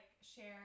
share